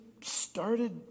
started